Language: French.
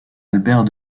albert